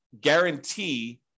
guarantee